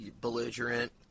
belligerent